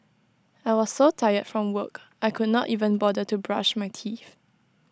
I was so tired from work I could not even bother to brush my teeth